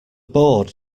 board